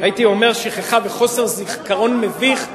הייתי אומר שכחה וחוסר זיכרון מביך.